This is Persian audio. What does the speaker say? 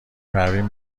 پروین